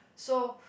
so